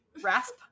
Rasp